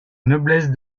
noblesse